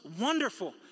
wonderful